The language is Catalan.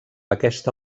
aquesta